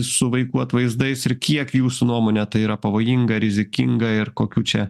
su vaikų atvaizdais ir kiek jūsų nuomone tai yra pavojinga rizikinga ir kokių čia